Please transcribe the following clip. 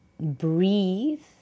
breathe